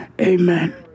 Amen